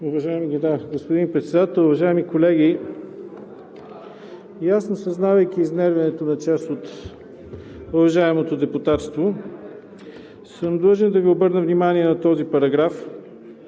Уважаеми господин Председател, уважаеми колеги! Ясно осъзнавайки изнервянето на част от уважаемото депутатство, съм длъжен да Ви обърна внимание на този параграф,